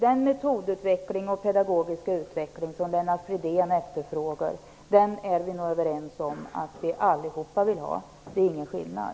Den metodutveckling och pedagogiska utveckling som Lennart Fridén efterfrågar är vi nog allihop överens om att vi vill ha. Där finns ingen skillnad.